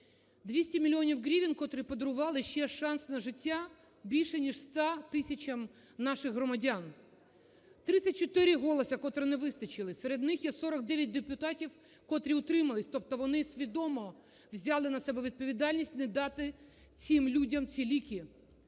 200 мільйонів гривень, котрі б подарували ще шанс на життя більше ніж 100 тисячам наших громадян. 34 голоси, котрих не вистачило, серед них є 49 депутатів, котрі утримались, тобто вони свідомо взяли на себе відповідальність не дати цим людям ці ліки.